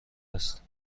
است